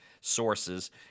sources